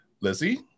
Lizzie